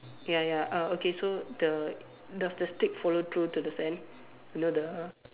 ya ya uh okay so the does the stick follow through to the sand you know the